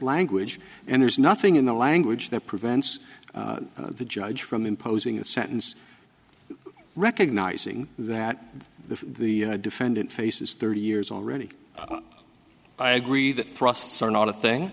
language and there's nothing in the language that prevents the judge from imposing a sentence recognizing that the defendant faces thirty years already i agree that th